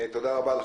תודה רבה.